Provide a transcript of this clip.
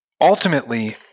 ultimately –